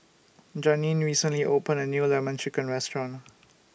Janeen recently opened A New Lemon Chicken Restaurant